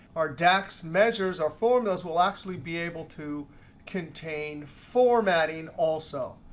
our dax measures or formulas will actually be able to contain formatting also.